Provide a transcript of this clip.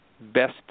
best